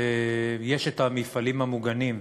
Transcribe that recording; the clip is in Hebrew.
יש המפעלים המוגנים,